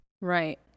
Right